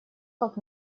как